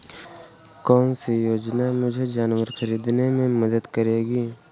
कौन सी योजना मुझे जानवर ख़रीदने में मदद करेगी?